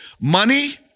money